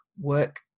work